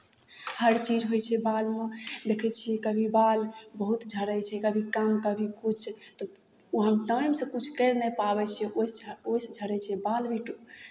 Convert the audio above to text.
हर चीज होइ छै बालमे देखै छियै कभी बाल बहुत झड़ै छै कभी कम कभी किछु तऽ ओ हम टाइमसँ किछु करि नहि पाबै छियै ओहिसँ ओहिसँ झड़ै छै बाल भी टु